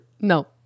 No